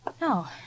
No